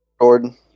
Gordon